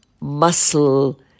muscle